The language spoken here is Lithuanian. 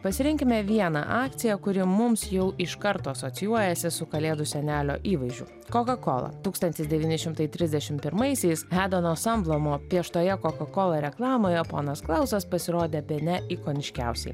pasirinkime vieną akciją kuri mums jau iš karto asocijuojasi su kalėdų senelio įvaizdžiu kokakola tūkstantis devyni šimtai trisdešimt pirmaisiais hadano sandblomo prieštoje kokakola reklamoje ponas klausas pasirodė bene ikoniškiausiai